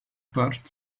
part